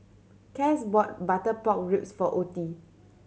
Cas bought butter pork ribs for Ottie